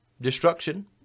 destruction